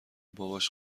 باباش